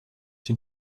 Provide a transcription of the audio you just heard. den